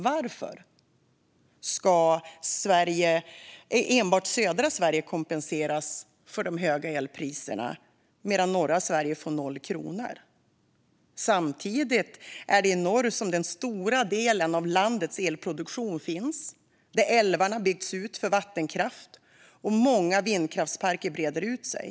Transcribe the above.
Varför ska enbart södra Sverige kompenseras för de höga elpriserna, medan norra Sverige får noll kronor? Samtidigt är det i norr som den stora delen av landets elproduktion finns, där älvarna byggts ut för vattenkraft och många vindkraftsparker breder ut sig.